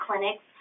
clinics